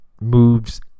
moves